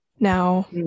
Now